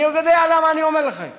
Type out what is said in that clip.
אני יודע למה אני אומר לך את